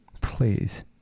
Please